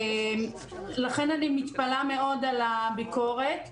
לכן אני מתפלאת מאוד על הביקורת.